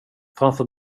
framför